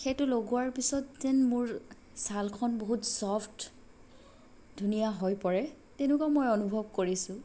সেইটো লগোৱাৰ পিছত যেন মোৰ ছালখন বহুত ছফ্ট ধুনীয়া হৈ পৰে তেনেকুৱা মই অনুভৱ কৰিছোঁ